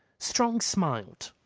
strong smiled.